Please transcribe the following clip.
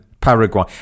Paraguay